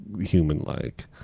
human-like